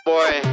Boy